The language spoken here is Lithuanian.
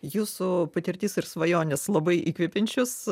jūsų patirtis ir svajonės labai įkvepiančios